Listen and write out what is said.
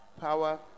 power